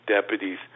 deputies